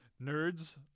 nerds